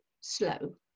slow